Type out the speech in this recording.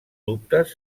dubtes